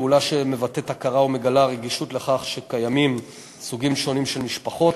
פעולה שמבטאת הכרה ומגלה רגישות לכך שקיימים סוגים שונים של משפחות.